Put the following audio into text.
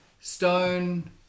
stone